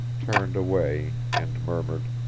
turned away, and murmured,